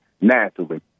naturally